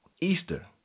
Easter